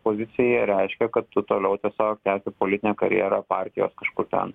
pozicija reiškia kad tu toliau tiesiog tęsi politinę karjerą partijos kažkur ten